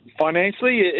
Financially